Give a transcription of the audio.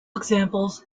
examples